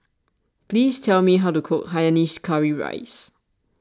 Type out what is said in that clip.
please tell me how to cook Hainanese Curry Rice